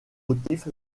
motifs